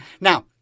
Now